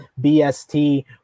bst